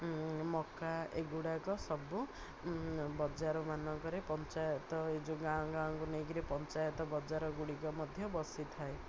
ମକା ଏଗୁଡ଼ାକ ସବୁ ବଜାରମାନଙ୍କରେ ପଞ୍ଚାୟତ ଏଇ ଯେଉଁ ଗାଁ ଗାଁକୁ ନେଇକିରି ପଞ୍ଚାୟତ ବଜାରଗୁଡ଼ିକ ମଧ୍ୟ ବସିଥାଏ